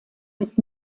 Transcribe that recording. mit